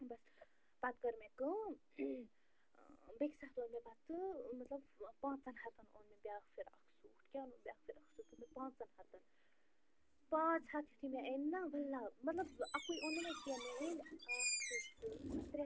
بس پتہٕ کٔر مےٚ کٲم بیٚکہِ ساتہٕ اوٚن مےٚ پتہٕ مطلب پانٛژَن ہتن اوٚن مےٚ بیٛاکھ فرٛاک سوٗٹ کیٛاہ اوٚنُم بیٛاکھ فِرٛاک سوٗٹ اوٚن مےٚ پانٛژن ہتن پانٛژھ ہتھ یُتھُے مےٚ أنۍ نَہ وَاللہ مطلب اَکُے اوٚن نہٕ مےٚ کیٚنٛہہ مےٚ أنۍ اَکھ زٕ ترٛےٚ